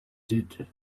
did